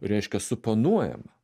reiškia suponuojama